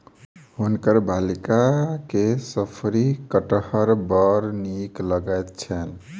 हुनकर बालिका के शफरी कटहर बड़ नीक लगैत छैन